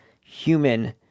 human